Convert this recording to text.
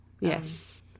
yes